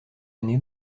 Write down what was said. année